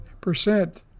percent